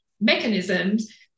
mechanisms